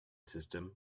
system